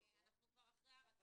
אבל אני רוצה להגיד